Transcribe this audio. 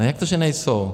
Jak to, že nejsou?